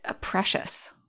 precious